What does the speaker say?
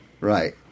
Right